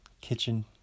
kitchen